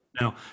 now